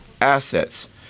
assets